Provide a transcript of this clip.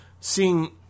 seeing